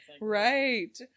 Right